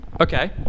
Okay